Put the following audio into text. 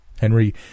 Henry